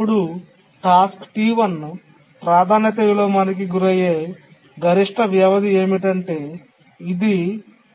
అప్పుడు task T1 ప్రాధాన్యత విలోమానికి గురయ్యే గరిష్ట వ్యవధి ఏమిటంటే ఇది